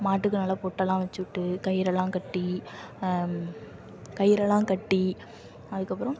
மாட்டுக்கு நல்லா பொட்டெல்லாம் வச்சுவிட்டு கயிறெல்லாம் கட்டி கயிறெல்லாம் கட்டி அதுக்கப்பறம்